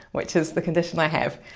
which is the condition i have,